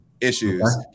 issues